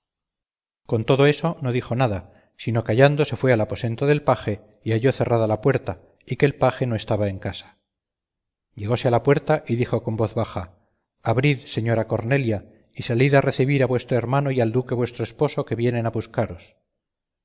con todo eso no dijo nada sino callando se fue al aposento del paje y halló cerrada la puerta y que el paje no estaba en casa llegóse a la puerta y dijo con voz baja abrid señora cornelia y salid a recebir a vuestro hermano y al duque vuestro esposo que vienen a buscaros